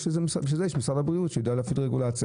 בשביל זה יש את משרד הבריאות שיידע להפעיל רגולציה.